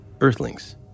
Earthlings